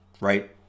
right